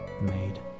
made